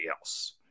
else